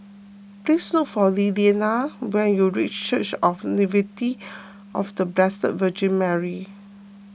please look for Lilliana when you reach Church of the Nativity of the Blessed Virgin Mary